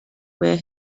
where